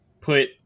put